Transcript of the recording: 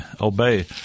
obey